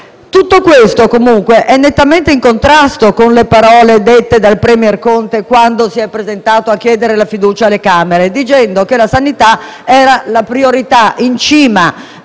tutto questo è nettamente in contrasto con le parole pronunciate dal *premier* Conte quando si è presentato a chiedere la fiducia alle Camere, dicendo che la sanità era la priorità in cima